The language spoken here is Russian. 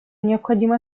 необходимо